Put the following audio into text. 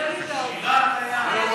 הרב דרעי, שירת הים.